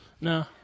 No